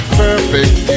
perfect